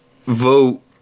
vote